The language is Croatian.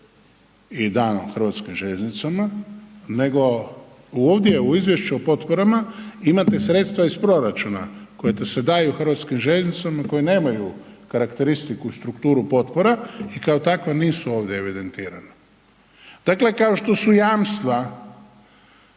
i dano HŽ-u nego u ovdje u izvješću o potporama imate sredstva iz proračuna koja se daju HŽ-u koja nemaju karakteristiku, strukturu potpora i kao takva nisu ovdje evidentirana. Dakle, kao što su jamstva